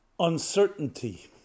Uncertainty